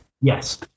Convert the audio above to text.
Yes